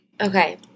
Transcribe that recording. Okay